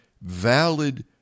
valid